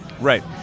Right